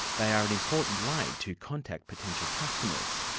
they are an important way to contact potential customers.